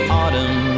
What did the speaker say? autumn